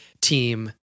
team